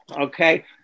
okay